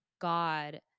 God